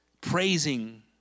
praising